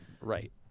right